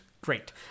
Great